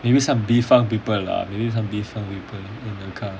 maybe some B funk people lah maybe some B funk people in the car